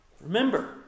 Remember